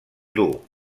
dur